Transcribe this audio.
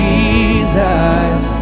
Jesus